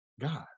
God